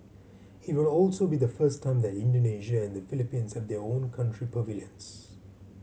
it will also be the first time that Indonesia and the Philippines have their own country pavilions